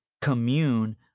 commune